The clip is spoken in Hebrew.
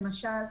למשל,